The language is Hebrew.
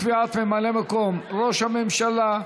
קביעת ממלא מקום ראש הממשלה),